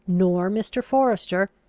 nor mr. forester,